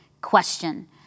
question